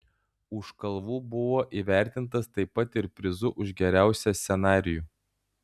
už kalvų buvo įvertintas taip pat ir prizu už geriausią scenarijų